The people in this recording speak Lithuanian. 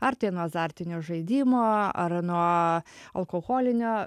ar tai nuo azartinių žaidimų ar nuo alkoholinio